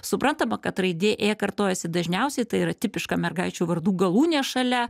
suprantama kad raidė ė kartojasi dažniausiai tai yra tipiška mergaičių vardų galūnė šalia